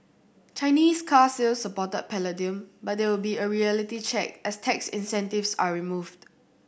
Chinese car sales supported palladium but there will a reality check as tax incentives are removed